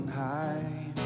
high